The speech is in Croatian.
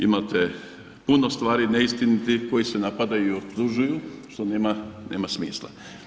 Imate puno stvari neistinitih koji se napadaju i optužuju što nema smisla.